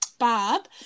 bob